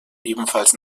ebenfalls